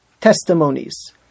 Testimonies